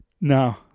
No